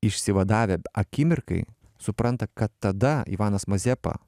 išsivadavę akimirkai supranta kad tada ivanas mazepa